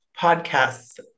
podcasts